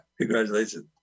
congratulations